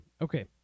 Okay